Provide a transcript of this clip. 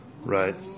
right